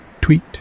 tweet